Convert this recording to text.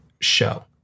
show